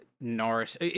norris